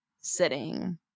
sitting